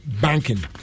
banking